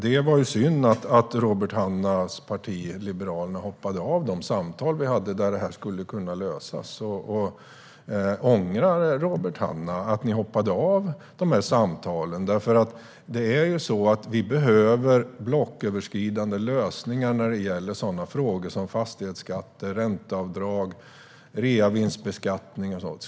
Det var synd att Robert Hannahs parti Liberalerna hoppade av de samtal vi hade där det här skulle ha kunnat lösas. Ångrar Robert Hannah att ni hoppade av de samtalen? Vi behöver blocköverskridande lösningar när det gäller sådana frågor som fastighetsskatt, ränteavdrag, reavinstbeskattning och sådant.